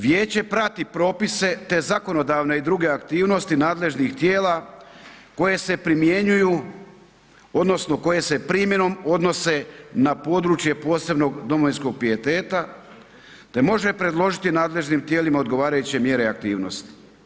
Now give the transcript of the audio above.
Vijeće prati propise te zakonodavne i druge aktivnosti nadležnih tijela koje se primjenjuju odnosno koje se primjenom odnose na područje posebnog domovinskog pijeteta te može predložiti nadležnim tijelima odgovarajuće mjere aktivnosti.